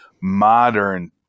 modern